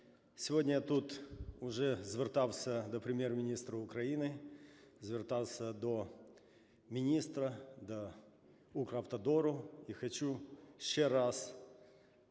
Сьогодні я тут уже звертався до Прем'єр-міністра України, звертався до міністра, до "Укравтодору" і хочу ще раз внести